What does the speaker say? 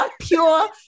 pure